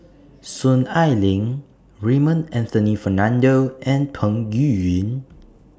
Soon Ai Ling Raymond Anthony Fernando and Peng Yuyun